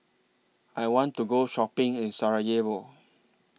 I want to Go Shopping in Sarajevo